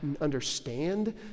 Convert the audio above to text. understand